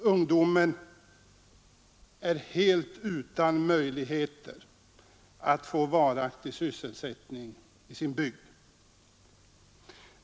Ungdomen är helt utan möjligheter att få varaktig sysselsättning i sin bygd.